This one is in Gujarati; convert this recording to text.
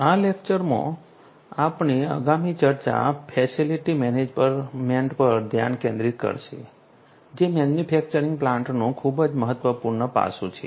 આ લેક્ચરમાં આપણે આગામી ચર્ચા ફેસિલિટી મેનેજમેન્ટ પર ધ્યાન કેન્દ્રિત કરશે જે મેન્યુફેક્ચરિંગ પ્લાન્ટ્સનું ખૂબ જ મહત્વપૂર્ણ પાસું છે